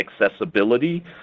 accessibility